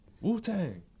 Wu-Tang